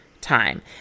time